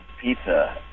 pizza